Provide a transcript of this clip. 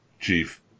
chief